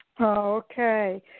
Okay